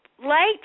Late